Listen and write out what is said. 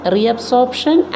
Reabsorption